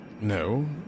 No